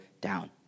down